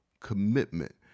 Commitment